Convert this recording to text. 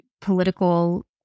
political